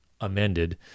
amended